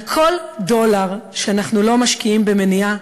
על כל דולר שאנחנו לא משקיעים במניעה,